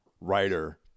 writer